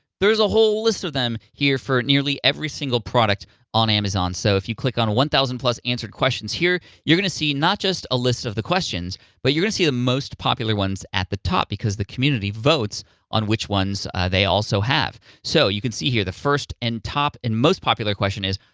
there's a whole list of them here for nearly every single product on amazon. so if you click on one thousand answered questions here, you're gonna see not just a list of the questions, but you're gonna see the most popular ones at the top because the community votes on which ones they also have. so you can see here, the first and top and most popular question is,